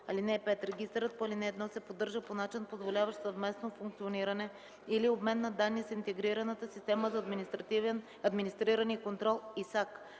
закона. (5) Регистърът по ал. 1 се поддържа по начин, позволяващ съвместно функциониране или обмен на данни с Интегрираната система за администриране и контрол (ИСАК).